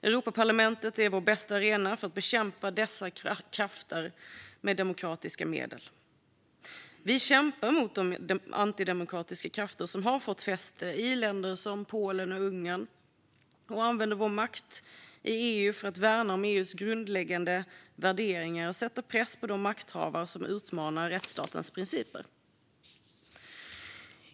Europaparlamentet är vår bästa arena för att bekämpa dessa krafter med demokratiska medel. Vi kämpar mot de antidemokratiska krafter som har fått fäste i länder som Polen och Ungern och använder vår makt i EU för att värna EU:s grundläggande värderingar. Vi sätter press på de makthavare som utmanar rättsstatens principer.